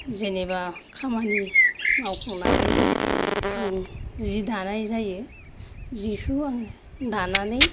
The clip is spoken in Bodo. जेनेबा खामानि मावखांनानै आं जि दानाय जायो जिखौ आङो दानानै